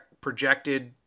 projected